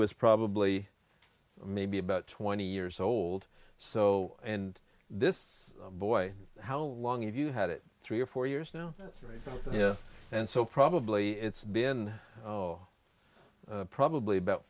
was probably maybe about twenty years old so and this boy how long have you had it three or four years now and so probably it's been probably about